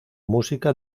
música